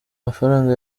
mafaranga